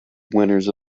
winners